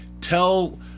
tell